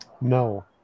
No